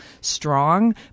strong